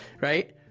right